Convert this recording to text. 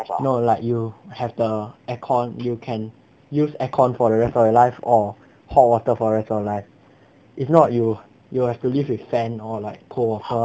no like you have the aircon you can use aircon for the rest of your life or hot water for the rest of your life if not you you will have to live with fan or like cold water